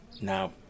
Now